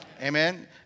Amen